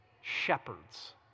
Shepherds